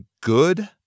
good